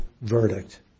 verdict